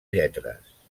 lletres